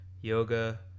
yoga